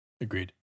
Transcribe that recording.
Agreed